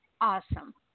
Awesome